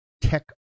Tech